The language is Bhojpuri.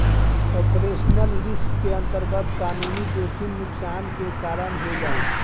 ऑपरेशनल रिस्क के अंतरगत कानूनी जोखिम नुकसान के कारन हो जाला